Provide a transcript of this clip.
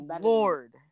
lord